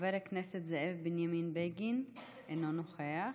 חבר הכנסת זאב בנימין בגין, אינו נוכח,